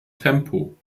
tempo